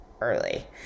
early